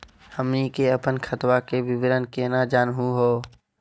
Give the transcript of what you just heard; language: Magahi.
हमनी के अपन खतवा के विवरण केना जानहु हो?